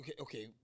okay